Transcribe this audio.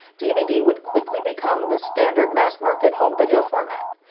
dvd would quickly become the standard mass market home video format.